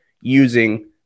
using